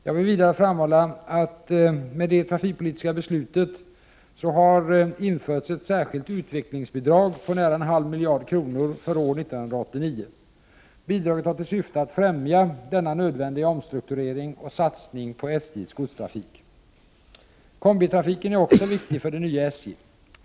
Jag vill vidare framhålla att det med det trafikpolitiska beslutet har införts ett särskilt utvecklingsbidrag på nära en halv miljard kronor för år 1989. Bidraget har till syfte att främja denna nödvändiga omstrukturering och satsning på SJ:s godstrafik. Kombitrafiken är också viktig för det nya SJ.